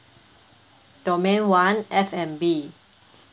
domain one F&B